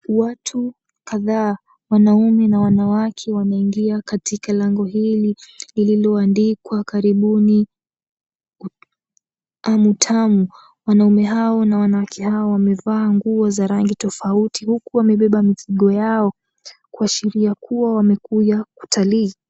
Watu kadhaa, wanaume na wanawake, wameingia katika lango hili lililoandikwa, Karibuni Amu-tamu. Wanaume hao na wanawake hao wamevaa nguo za rangi tofauti. Huku wamebeba mizigo yao, kuashiria kuwa wamekuja kutalii.